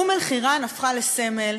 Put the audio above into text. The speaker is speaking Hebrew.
אום-אלחיראן הפכה לסמל,